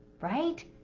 right